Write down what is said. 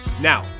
now